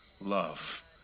love